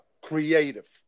creative